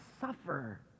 suffer